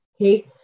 Okay